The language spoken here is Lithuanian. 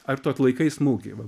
ar tu atlaikai smūgį va